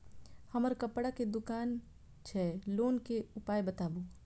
हमर कपड़ा के दुकान छै लोन के उपाय बताबू?